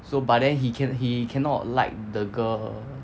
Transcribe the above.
so but then he can~ he cannot like the girl